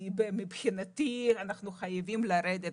מבחינתי אנחנו חייבים לרדת.